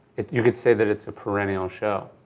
you could say that it's a perennial show.